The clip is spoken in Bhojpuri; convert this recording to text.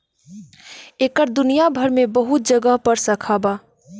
एकर दुनिया भर मे बहुत जगह पर शाखा बा